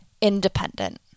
independent